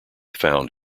found